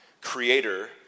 creator